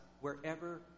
wherever